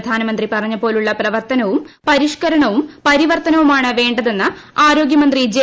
പ്രധാനമന്ത്രി പറഞ്ഞ പോലുള്ള പ്രവർത്തനവും പരിഷ്ക്കരണുവും പരിവർത്തനവുമാണ് വേണ്ടതെന്ന് ആരോഗ്യമന്ത്രി ജെ